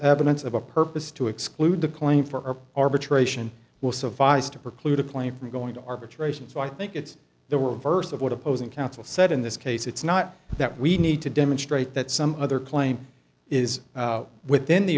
evidence of a purpose to exclude the claim for arbitration will survive is to preclude a claim from going to arbitration so i think it's there were reversed of what opposing counsel said in this case it's not that we need to demonstrate that some other claim is within the